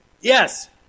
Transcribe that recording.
yes